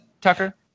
Tucker